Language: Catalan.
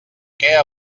què